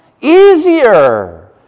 easier